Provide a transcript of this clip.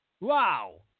Wow